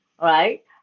right